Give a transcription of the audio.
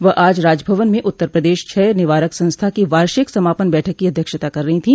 वह आज राजभवन में उत्तर प्रदेश क्षय निवारक संस्था की वार्षिक समापन बैठक की अध्यक्षता कर रही थी